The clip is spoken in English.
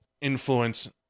influence